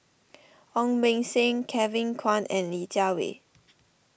Ong Beng Seng Kevin Kwan and Li Jiawei